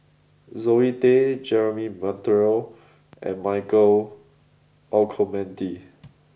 Zoe Tay Jeremy Monteiro and Michael Olcomendy